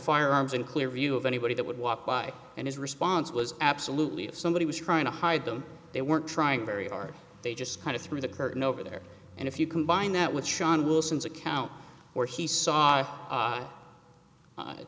firearms in clear view of anybody that would walk by and his response was absolutely if somebody was trying to hide them they weren't trying very hard they just kind of threw the curtain over there and if you combine that with shawn wilson's account where he saw